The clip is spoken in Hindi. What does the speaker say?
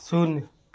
शून्य